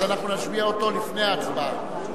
אז אנחנו נשביע אותו לפני ההצבעה.